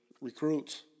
recruits